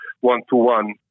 one-to-one